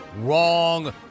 Wrong